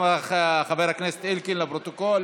גם את חבר הכנסת אלקין לפרוטוקול